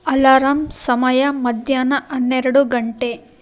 alarm ಸಮಯ ಮಧ್ಯಾಹ್ನ ಹನ್ನೆರಡು ಗಂಟೆ